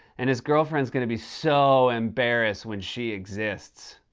and his girlfriend's gonna be so embarrassed when she exists.